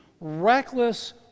Reckless